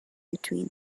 between